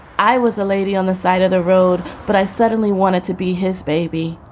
i was a lady on the side of the road, but i suddenly wanted to be his baby.